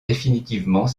définitivement